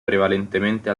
prevalentemente